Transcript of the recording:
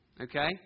Okay